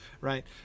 right